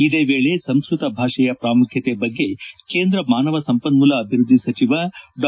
ಇದೇ ವೇಳೆ ಸಂಸ್ಟತ ಭಾಷೆಯ ಪ್ರಾಮುಖ್ಕತೆ ಬಗ್ಗೆ ಕೇಂದ್ರ ಮಾನವ ಸಂಪನ್ಮೂಲ ಅಭಿವೃದ್ಧಿ ಸಚಿವ ಡಾ